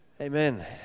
Amen